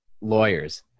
lawyers